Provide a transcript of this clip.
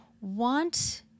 want